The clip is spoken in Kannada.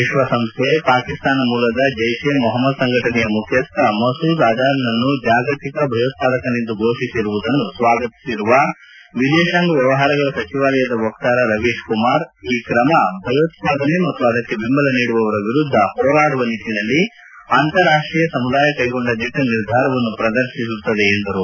ವಿಶ್ವಸಂಸ್ಥೆ ಪಾಕಿಸ್ತಾನ ಮೂಲದ ಜೈಷ್ ಎ ಮೊಹ್ಮದ್ ಸಂಘಟನೆಯ ಮುಖ್ಯಸ್ಡ ಮಸೂದ್ ಅಜರ್ನನ್ನು ಜಾಗತಿಕ ಭಯೋತ್ಪಾದಕನೆಂದು ಫೋಷಿಸಿರುವುದನ್ನು ಸ್ವಾಗತಿಸಿರುವ ವಿದೇಶಾಂಗ ವ್ಯವಹಾರಗಳ ಸಚಿವಾಲಯದ ವಕ್ತಾರ ರವೀಶ್ ಕುಮಾರ್ ಈ ಕ್ರಮ ಭಯೋತ್ಸಾದನೆ ಮತ್ತು ಅದಕ್ಕೆ ಬೆಂಬಲ ನೀಡುವವರ ವಿರುದ್ದ ಹೋರಾಡುವ ನಿಟ್ಟಿನಲ್ಲಿ ಅಂತಾರಾಷ್ಟೀಯ ಸಮುದಾಯ ಕೈಗೊಂಡ ದಿಟ್ಟ ನಿರ್ಧಾರವನ್ನು ಪ್ರದರ್ಶಿಸುತ್ತದೆ ಎಂದರು